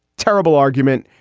terrible argument.